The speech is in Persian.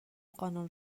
قانون